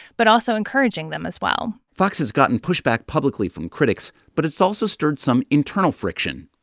but also encouraging them as well fox has gotten pushback publicly from critics, but it's also stirred some internal friction.